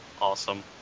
awesome